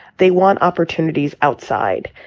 they want opportunities outside.